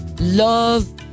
love